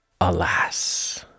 Alas